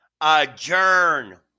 Adjourn